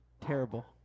terrible